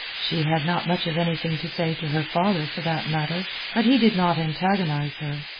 she had not much of anything to say to her father, for that matter but he did not antagonize her.